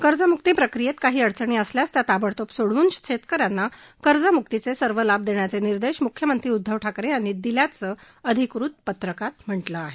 कर्जमुक्ती प्रक्रियेत काही अडचणी असल्यास त्या ताबडतोब सोडवून शेतकऱ्यांना कर्जमुक्तीचे सर्व लाभ देण्याचे निर्देश मुख्यमंत्री उद्धव ठाकरे यांनी दिल्याचं अधिकृत पत्रकात म्हटलं आहे